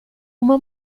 uma